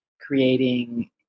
creating